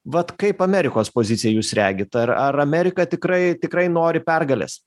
vat kaip amerikos poziciją jūs regit ar ar amerika tikrai tikrai nori pergalės